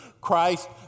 Christ